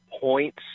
points